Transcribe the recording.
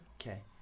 Okay